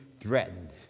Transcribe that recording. threatened